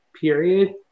Period